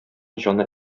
җаны